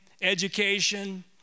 education